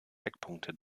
eckpunkte